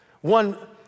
One